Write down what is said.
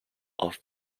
off